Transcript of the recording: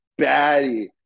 baddie